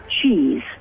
cheese